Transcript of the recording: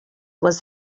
was